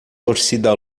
torcida